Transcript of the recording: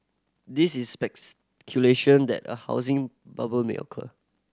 this is that a housing bubble may occur